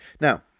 Now